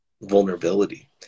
vulnerability